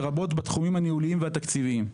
לרבות בתחומים הניהוליים והתקציביים.